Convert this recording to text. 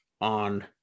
on